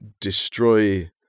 destroy